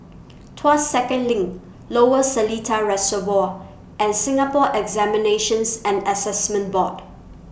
Tuas Second LINK Lower Seletar Reservoir and Singapore Examinations and Assessment Board